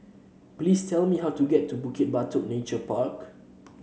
please tell me how to get to Bukit Batok Nature Park